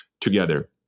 together